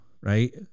right